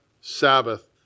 Sabbath